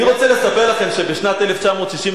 אני רוצה לספר לכם שבשנת 1964,